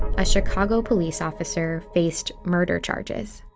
a chicago police officer faced murder charges.